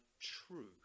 true